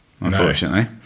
unfortunately